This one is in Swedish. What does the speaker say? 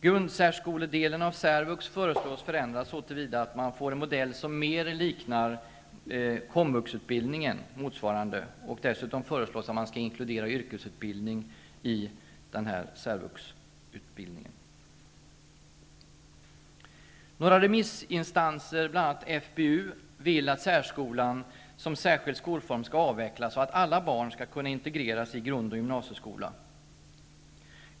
Grundsärskoledelen av särvux föreslås bli förändrad så till vida att man får en modell som mer liknar motsvarande komvuxutbildning, och dessutom föreslås att yrkesutbildning skall inkluderas i denna särvuxutbildning. Några remissinstanser, bl.a. FBU, vill att särskolan som särskild skolform skall avvecklas och att alla barn skall kunna integreras i grund och gymnasieskola.